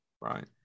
Right